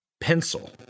pencil